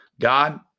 God